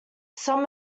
some